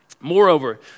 Moreover